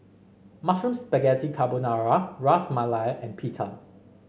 Mushroom Spaghetti Carbonara Ras Malai and Pita